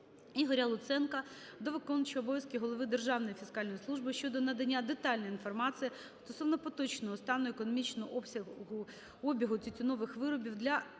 Ігоря Луценка до виконуючого обов'язки голови Державної фіскальної служби щодо надання детальної інформації стосовно поточного стану економічного обігу тютюнових виробів для